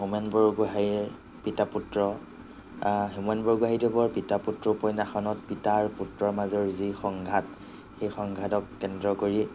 হোমেন বৰগোহাঞিৰ পিতা পুত্ৰ হোমেন বৰগোহাঞিদেৱৰ পিতা পুত্ৰ উপন্যাসখনত পিতা আৰু পুত্ৰৰ মাজৰ যি সংঘাত সেই সংঘাতক কেন্দ্ৰ কৰি